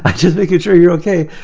ah just making sure you're okay.